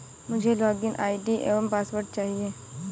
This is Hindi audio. मुझें लॉगिन आई.डी एवं पासवर्ड चाहिए